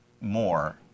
more